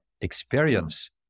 experience